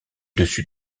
dessus